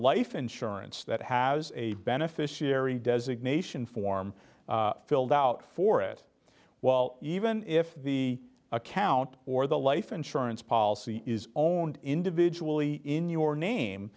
life insurance that has a beneficiary designation form filled out for it while even if the account or the life insurance policy is owned individually in your name